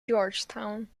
georgetown